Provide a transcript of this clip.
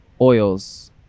Oils